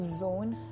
zone